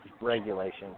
regulation